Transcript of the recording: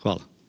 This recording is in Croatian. Hvala.